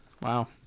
Wow